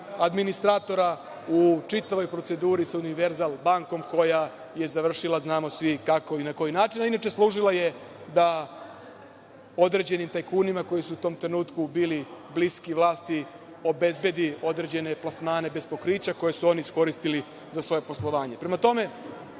administratora u čitavoj proceduri sa Univerzal bankom koja je završila znamo svi kako i na koji način, a inače služila je da određenim tajkunima, koji su u tom trenutku bili bliski vlasti, obezbedi određene plasmane bez pokrića, koje su oni iskoristili za svoje poslovanje. Prema tome,